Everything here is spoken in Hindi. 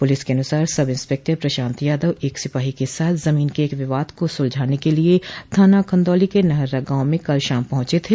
पुलिस के अनुसार सब इंसपेक्टर प्रशांत यादव एक सिपाही के साथ जमीन के एक विवाद को सुलझाने के लिए थाना खंदौली के नहर्रा गांव में कल शाम पहुंचे थे